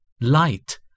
light